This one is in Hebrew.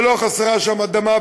ולא חסרה שם אדמה,